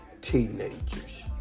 teenagers